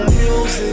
music